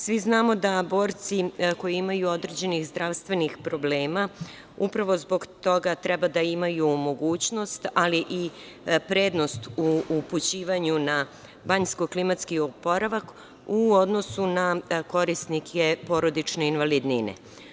Svi znamo da borci koji imaju određenih zdravstvenih problema upravo zbog toga treba da imaju mogućnost, ali i prednost u upućivanju na banjsko-klimatski oporavak u odnosu na korisnike porodične invalidnine.